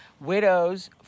widows